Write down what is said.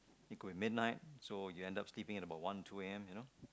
it could be midnight so you end up sleeping at about one two A_M you know